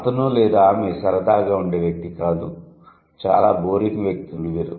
అతను లేదా ఆమె సరదాగా ఉండే వ్యక్తి కాదు చాలా బోరింగ్ వ్యక్తులు వీరు